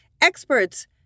Experts